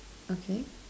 okay